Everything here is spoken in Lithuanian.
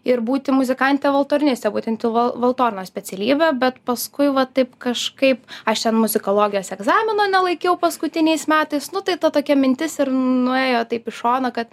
ir būti muzikante valtoriniste būtent į val valtornos specialybę bet paskui va taip kažkaip aš ten muzikologijos egzamino nelaikiau paskutiniais metais nu tai ta tokia mintis ir nuėjo taip į šoną kad